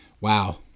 wow